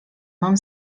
mam